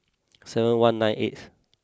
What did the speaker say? seven one nine eighth